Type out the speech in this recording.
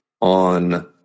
on